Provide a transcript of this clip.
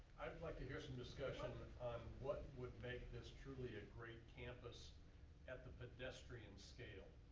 i'd like to hear some discussion on what would make this truly a great campus at the pedestrian scale.